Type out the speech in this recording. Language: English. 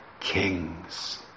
Kings